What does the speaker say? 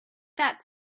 that